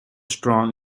strong